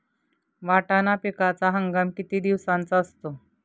वाटाणा पिकाचा हंगाम किती दिवसांचा असतो?